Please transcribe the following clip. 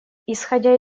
исходя